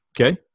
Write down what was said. okay